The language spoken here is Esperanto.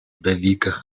deviga